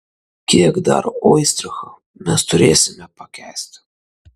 kiek dar oistrachą mes turėsime pakęsti